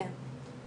כן.